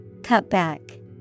Cutback